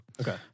Okay